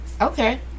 Okay